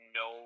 no